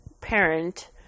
parent